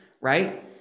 right